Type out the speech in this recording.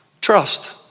trust